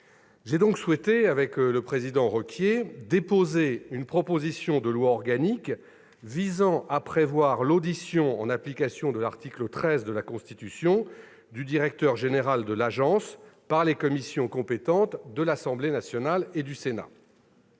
J'ai donc souhaité avec Jean-Claude Requier déposer une proposition de loi organique visant à prévoir l'audition, en application de l'article 13 de la Constitution, du directeur général de l'agence par les commissions compétentes de l'Assemblée nationale et du Sénat.